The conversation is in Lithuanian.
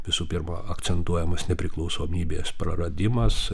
visų pirma akcentuojamas nepriklausomybės praradimas